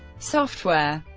software